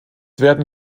werden